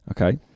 Okay